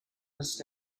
must